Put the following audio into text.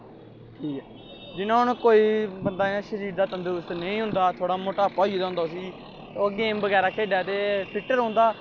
जि'यां कोई बंदा हून शरीर दा तंदरुस्त नेईं होंदा थोह्ड़ा मोटापा होई दा होंदा उस्सी ओह् गेंम बगैरा खेढै ते फिट्ट रौंह्दा